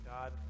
God